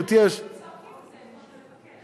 אם היינו צועקים יכולת לבקש.